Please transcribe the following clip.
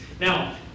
now